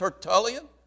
Tertullian